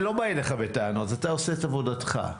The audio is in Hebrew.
אתה עושה את עבודתך.